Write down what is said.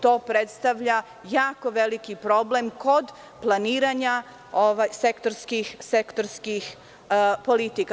To predstavalja jako veliki problem kod planiranja sektorskih politika.